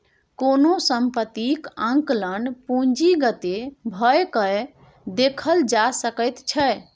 कोनो सम्पत्तीक आंकलन पूंजीगते भए कय देखल जा सकैत छै